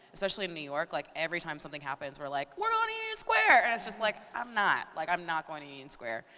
especially in new york. like every time something happens, we're like, we're going ah to union square. and it's just like, i'm not. like i'm not going to union square.